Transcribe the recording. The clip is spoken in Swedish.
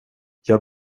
jag